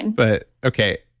but okay,